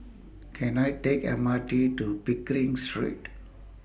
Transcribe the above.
Can I Take M R T to Pickering Street